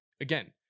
again